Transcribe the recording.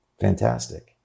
fantastic